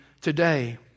today